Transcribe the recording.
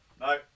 no